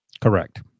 Correct